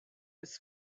its